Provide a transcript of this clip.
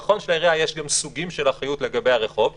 נכון שלעירייה יש גם סוגים של אחריות לגבי הרחוב,